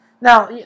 now